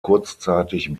kurzzeitig